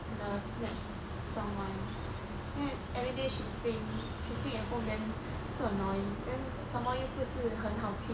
the snatch song [one] then everyday she sing she sing at home then so annoying then some more 又不是很好听